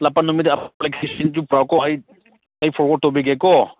ꯂꯥꯛꯄ ꯅꯨꯃꯤꯠ ꯄꯥꯎ ꯀꯣ ꯑꯩ ꯑꯩ ꯐꯣꯔꯋꯥꯔꯠ ꯇꯧꯕꯤꯒꯦꯀꯣ